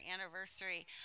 anniversary